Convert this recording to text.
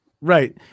Right